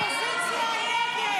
סעיף 02,